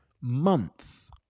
month